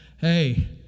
hey